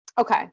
Okay